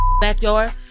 backyard